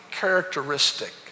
characteristic